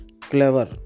Clever